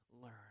learn